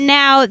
now